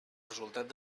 resultat